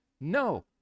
No